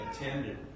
attended